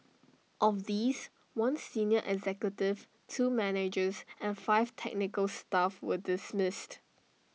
of these one senior executive two managers and five technical staff were dismissed